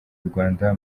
rwanda